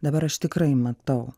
dabar aš tikrai matau